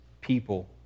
people